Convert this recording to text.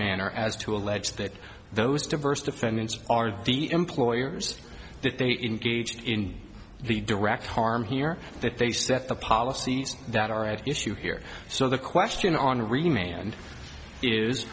manner as to allege that those diverse defendants are the employers that they engage in the direct harm here that they set the policies that are at issue here so the question on remain